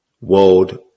world